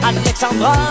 Alexandra